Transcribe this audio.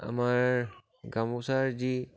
আমাৰ গামোচাৰ যি